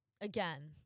again